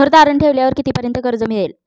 घर तारण ठेवल्यावर कितीपर्यंत कर्ज मिळेल?